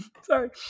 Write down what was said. sorry